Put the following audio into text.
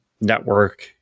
network